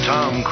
Tom